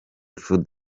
food